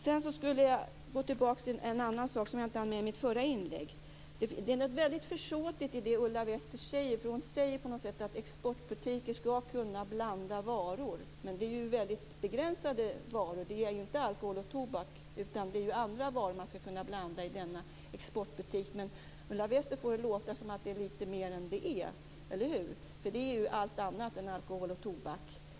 Sedan skulle jag gå tillbaka till en annan sak som jag inte hann med i mitt förra inlägg. Det är något mycket försåtligt i det Ulla Wester säger. Hon säger på något sätt att exportbutiker skall kunna blanda varor. Men det är ett väldigt begränsat varusortiment. Det gäller inte alkohol och tobak, utan det är andra varor man skall kunna blanda i denna exportbutik. Ulla Wester får det att låta som om det är lite mer än det är. Eller hur? Det är allt annat än alkohol och tobak.